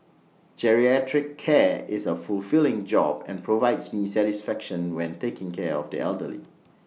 geriatric care is A fulfilling job and provides me satisfaction when taking care of the elderly